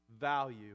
value